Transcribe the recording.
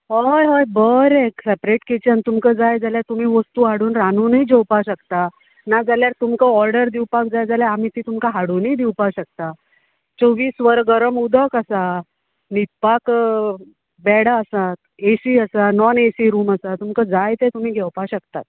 हय हय बरें सेपरेट किचन तुमकां जाय जाल्यार तुमी वस्तू हाडून रांदुनूय जेवपाक शकतात नाजाल्यार तुमका ऑर्डर दिवपाक जाय जाल्यार आमी ती तुमकां हाडुनूय दिवपाक शकतात चोवीस वरां गरम उदक आसा न्हिदपाक बेडां आसा एसी आसा नाॅन एसी रुम आसा तुमका जाय तें तुमी घेवपाक शकतात